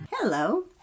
Hello